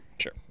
Sure